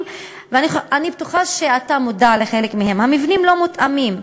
ואני בטוחה שאתה מודע לחלק מהן: המבנים לא מותאמים.